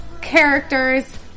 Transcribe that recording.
characters